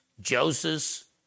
Joseph